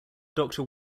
doctor